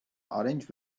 orange